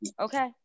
Okay